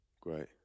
Great